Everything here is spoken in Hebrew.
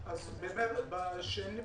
בסדר.